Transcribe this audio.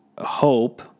hope